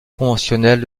conventionnelles